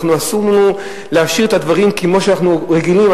אסור לנו להשאיר את הדברים כמו שאנחנו רגילים.